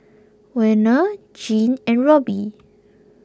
Werner Jean and Robbie